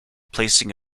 placing